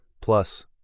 Plus